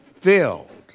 filled